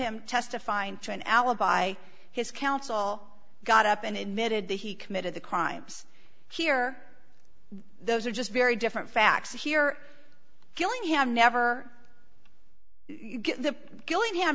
him testifying to an alibi his counsel got up and admitted that he committed the crimes here those are just very different facts here killing him never the gilling